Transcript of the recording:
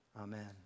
amen